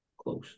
Close